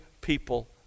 people